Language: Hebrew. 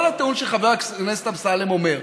כל הטיעון של חבר הכנסת אמסלם אומר: